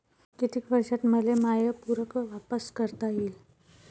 कितीक वर्षात मले माय पूर कर्ज वापिस करता येईन?